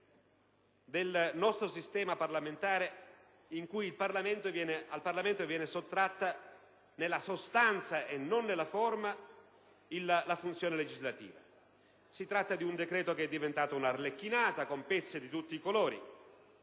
del nostro sistema parlamentare, in cui al Parlamento viene sottratta nella sostanza e non nella forma la funzione legislativa. Si tratta di un decreto diventato un'arlecchinata, con pezze di tutti i colori;